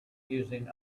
using